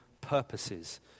purposes